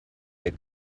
est